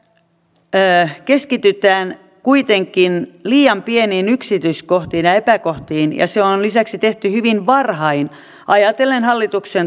välikysymyksessä keskitytään kuitenkin liian pieniin yksityiskohtiin ja epäkohtiin ja se on lisäksi tehty hyvin varhain ajatellen hallituksen toimenpideohjelmaa